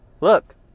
look